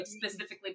specifically